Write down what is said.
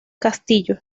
castillo